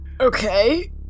Okay